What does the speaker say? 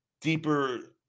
deeper